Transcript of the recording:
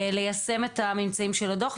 ליישם את הממצאים של הדו"ח.